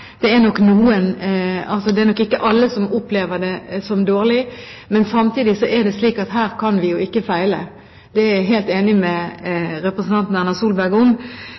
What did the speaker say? det har noen nyanser – det er nok ikke alle som opplever det som dårlig. Men samtidig er det slik at her kan vi ikke feile, det er jeg helt enig med representanten Erna Solberg